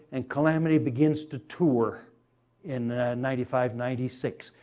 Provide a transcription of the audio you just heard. and calamity begins to tour in ninety five, ninety six.